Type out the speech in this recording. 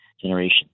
Generation